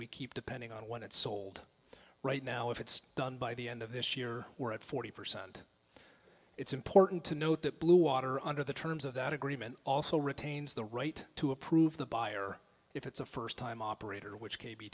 we keep depending on when it's sold right now if it's done by the end of this year we're at forty percent it's important to note that blue water under the terms of that agreement also retains the right to approve the buyer if it's a first time operator which